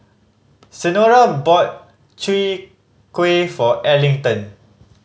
Senora bought Chwee Kueh for Arlington